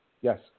Yes